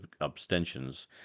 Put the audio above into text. abstentions